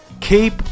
keep